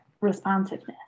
responsiveness